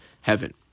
heaven